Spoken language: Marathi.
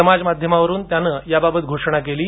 समाज माध्यमावरून त्यानं याबाबत घोषणा केली आहे